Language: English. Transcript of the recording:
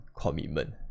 commitment